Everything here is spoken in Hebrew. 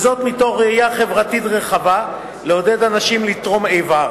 וזאת מתוך ראייה חברתית רחבה לעודד אנשים לתרום איבר